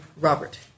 Robert